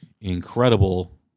incredible